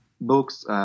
books